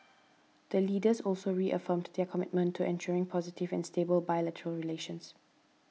the Leaders also reaffirmed their commitment to ensuring positive and stable bilateral relations